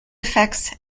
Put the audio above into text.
effects